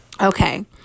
Okay